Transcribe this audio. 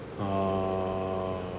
uh